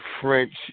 French